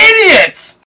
idiots